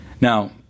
Now